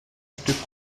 stück